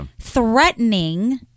threatening